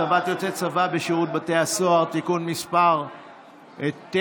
(הצבת יוצאי צבא בשירות בתי הסוהר) (תיקון מס' 9)